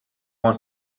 wants